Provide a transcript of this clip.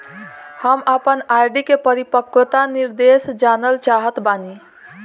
हम आपन आर.डी के परिपक्वता निर्देश जानल चाहत बानी